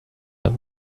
that